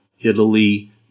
Italy